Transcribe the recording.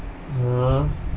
!huh!